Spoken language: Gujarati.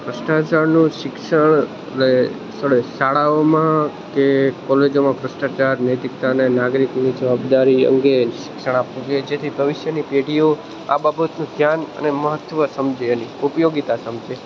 ભ્રષ્ટાચારનું શિક્ષણ અને સ્થળો શાળાઓમાં કે કોલેજોમાં ભ્રષ્ટાચાર નૈતિકતાને નાગરિકની જવાબદારી અંગે શિક્ષણ આપવું જોઈએ જેથી ભવિષ્યની પેઢીઓ આ બાબતનું ધ્યાન અને મહત્વ સમજે એની ઉપયોગિતા સમજે